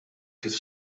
kif